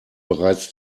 bereits